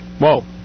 Whoa